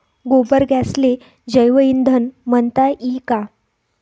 गोबर गॅसले जैवईंधन म्हनता ई का?